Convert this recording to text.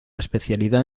especialidad